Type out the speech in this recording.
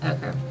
Okay